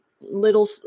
little